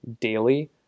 daily